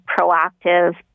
proactive